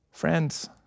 Friends